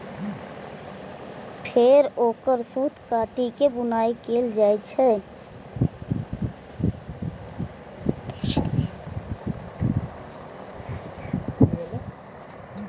फेर ओकर सूत काटि के बुनाइ कैल जाइ छै